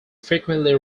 frequently